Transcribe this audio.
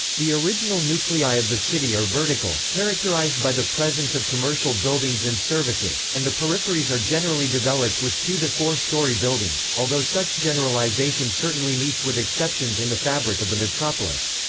the original nuclei of the city are vertical, characterized by the presence of commercial buildings and services and the peripheries are generally developed with two to four-story buildings although such generalization certainly meets with exceptions in the fabric of the metropolis.